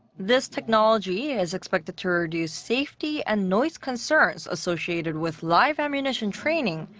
this technology is expected to reduce safety and noise concerns associated with live ammunition training,